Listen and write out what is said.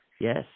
Yes